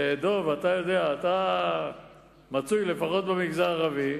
ודב, אתה יודע, אתה מצוי לפחות במגזר הערבי,